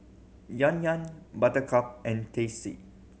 Yan Yan Buttercup and Tasty